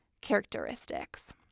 characteristics